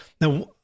Now